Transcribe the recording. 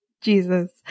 Jesus